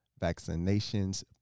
vaccinations